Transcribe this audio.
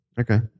Okay